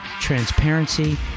transparency